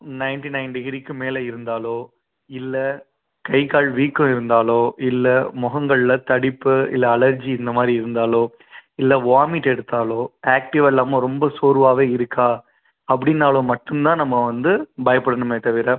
ninety nine டிகிரிக்கு மேலே இருந்தாலோ இல்லை கைக்கால் வீக்கம் இருந்தாலோ இல்லை முகங்கள்ல தடிப்பு இல்லை அலர்ஜி இந்த மாதிரி இருந்தாலோ இல்லை வாமிட் எடுத்தாலோ ஆக்டிவாக இல்லாமல் ரொம்ப சோர்வாகவே இருக்கா அப்படின்னாலும் மட்டும் தான் நம்ம வந்து பயப்படனுமே தவிர